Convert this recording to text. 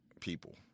people